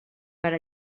per